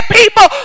people